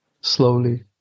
slowly